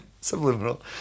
subliminal